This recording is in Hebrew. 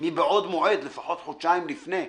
מבעוד מועד, לפחות חודשיים לפני.